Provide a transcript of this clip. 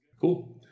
Cool